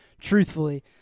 truthfully